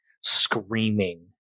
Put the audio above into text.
screaming